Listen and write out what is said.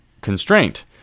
constraint